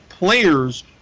players